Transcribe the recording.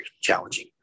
challenging